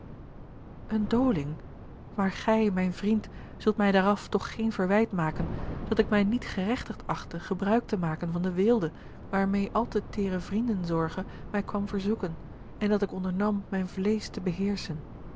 eene doling maar gij mijn vriend zult mij daaraf toch geen verwijt maken dat ik mij niet gerechtigd achtte gebruik te maken van de weelde waarmeê al te teere vriendenzorge mij kwam verzoeken en dat ik ondernam mijn vleesch te beheerschen